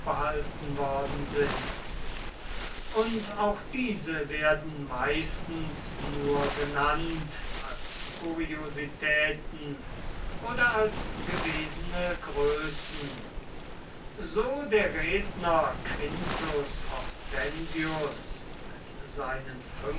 worden sind und auch diese werden meistens nur genannt als kuriositäten oder als gewesene größen so der redner quintus hortensius mit seinen